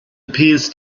appears